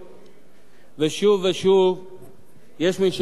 ושוב ושוב יש מי שדואג שזה יעבור